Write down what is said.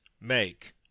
make